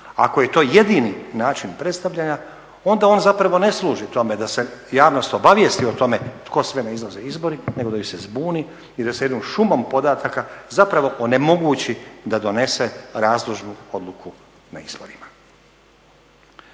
Ako je to jedini način predstavljanja onda on zapravo ne služi tome da se javnost obavijesti o tome tko sve izlazi na izbore nego da ih se zbuni i da se jednom šumom podataka onemogući da donese razložnu odluku na izborima.